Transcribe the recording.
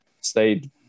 stayed